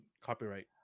Copyright